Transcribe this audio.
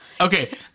Okay